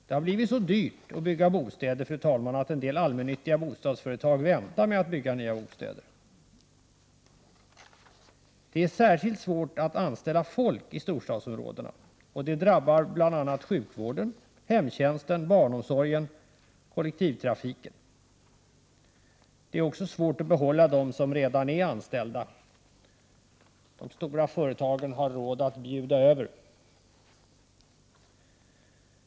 Det har blivit så dyrt att bygga bostäder, fru talman, att en del allmännyttiga bostadsföretag väntar med att bygga nya bostäder. Det är särskilt svårt att anställa folk i storstadsområdena. Det drabbar bl.a. sjukvården, hemtjänsten, barnomsorgen och kollektivtrafiken. Det är också svårt att behålla dem som redan är anställda. De stora företagen har råd att bjuda över.